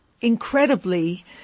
incredibly